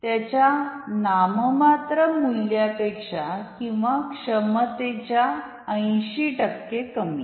त्याच्या नाममात्र मूल्यापेक्षा किंवा क्षमतेच्या 80 टक्के कमी